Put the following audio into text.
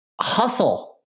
Hustle